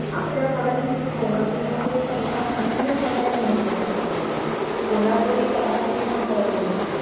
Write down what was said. आपल्या भागात म्हणजे कोल्हापूरमध्ये कलेला अनन्यसाधारण महत्त्व प्राप्त झालेलं आहे कोल्हापूर ही कलानागरी म्हणून ओळखली जाते